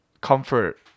comfort